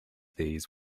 these